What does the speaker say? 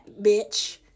bitch